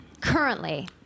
Currently